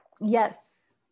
yes